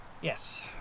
yes